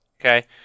Okay